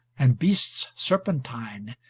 and beasts serpentine,